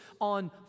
on